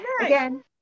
Again